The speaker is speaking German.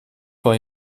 vor